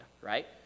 right